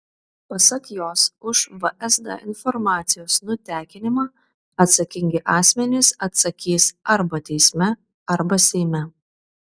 pasak jos už vsd informacijos nutekinimą atsakingi asmenys atsakys arba teisme arba seime